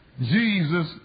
Jesus